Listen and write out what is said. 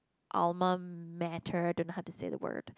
alma mater don't know how to say the word